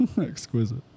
Exquisite